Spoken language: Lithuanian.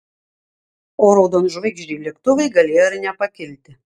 o raudonžvaigždžiai lėktuvai galėjo ir nepakilti